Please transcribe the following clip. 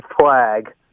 flag